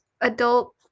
adult